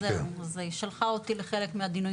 היא שלחה אותי לחלק מהדיונים